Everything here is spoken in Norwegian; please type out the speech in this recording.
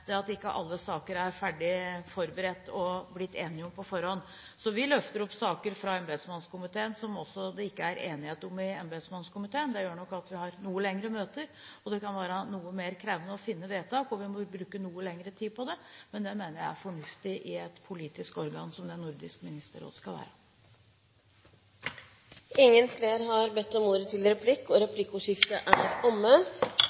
det at ikke alle saker er ferdig forberedt – og med enighet – på forhånd. Vi løfter også opp saker fra embetsmannskomiteen som det ikke er enighet om i embetsmannskomiteen. Det gjør nok at vi har noe lengre møter, det kan være noe mer krevende å finne vedtak, og vi må bruke noe lengre tid på det – men det mener jeg er fornuftig i et politisk organ som det Nordisk Ministerråd skal være. Replikkskiftet er omme. I disse siste årene har vi sett en fornyet energi i det utenriks- og